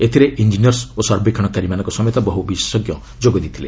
ଏଥିରେ ଇଞ୍ଜିନିୟର୍ସ ଓ ସର୍ବେକ୍ଷଣକାରୀମାନଙ୍କ ସମେତ ବହୁ ବିଶେଷଜ୍ଞ ଯୋଗ ଦେଇଥିଲେ